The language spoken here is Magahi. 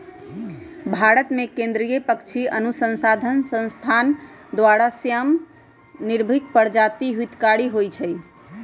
भारतमें केंद्रीय पक्षी अनुसंसधान संस्थान द्वारा, श्याम, नर्भिक प्रजाति हितकारी होइ छइ